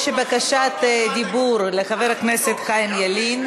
יש בקשת דיבור לחבר הכנסת חיים ילין,